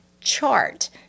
chart